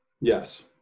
Yes